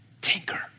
Tinker